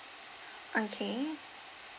okay